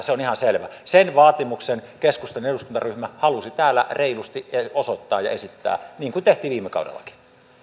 se on ihan selvä sen vaatimuksen keskustan eduskuntaryhmä halusi täällä reilusti osoittaa ja esittää niin kuin tehtiin viime kaudellakin